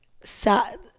sad